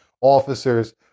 officers